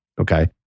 Okay